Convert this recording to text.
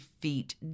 feet